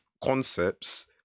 concepts